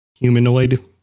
humanoid